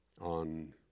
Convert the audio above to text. on